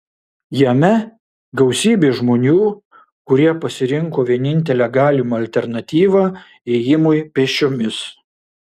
jame gausybė žmonių kurie pasirinko vienintelę galimą alternatyvą ėjimui pėsčiomis